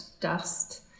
dust